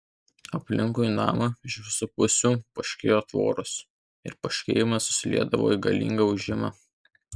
aplinkui namą iš visų pusių poškėjo tvoros ir poškėjimas susiliedavo į galingą ūžimą